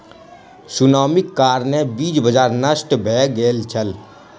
सुनामीक कारणेँ बीज बाजार नष्ट भ गेल छल